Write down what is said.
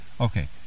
Okay